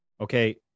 Okay